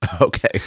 Okay